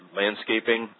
landscaping